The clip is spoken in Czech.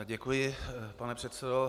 Děkuji, pane předsedo.